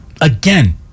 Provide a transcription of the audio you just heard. Again